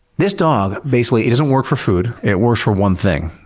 this dog, basically, it doesn't work for food, it works for one thing,